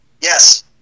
Yes